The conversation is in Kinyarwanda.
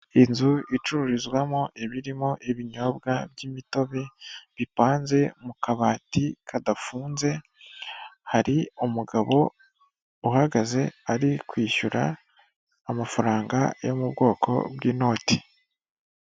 Inzu icururizwamo ibirimo ibinyobwa by'imitobe, bipanze mu kabati kadafunze, hari umugabo uhagaze ari kwishyura amafaranga yo mu bwoko bw'inoti.